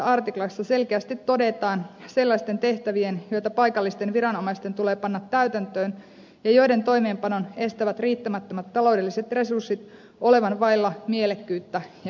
artiklassa selkeästi todetaan sellaisten tehtävien joita paikallisten viranomaisten tulee panna täytäntöön ja joiden toimeenpanon estävät riittämättömät taloudelliset resurssit olevan vailla mielekkyyttä ja merkityksettömiä